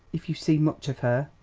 if you see much of her.